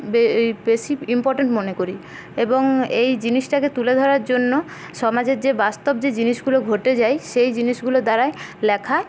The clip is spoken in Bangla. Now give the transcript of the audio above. বেশি ইমপটেণ্ট মনে করি এবং এই জিনিসটাকে তুলে ধরার জন্য সমাজের যে বাস্তব যে জিনিসগুলো ঘটে যায় সেই জিনিসগুলো দ্বারাই লেখা